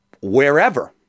wherever